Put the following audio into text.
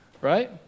Right